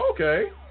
Okay